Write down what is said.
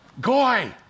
goy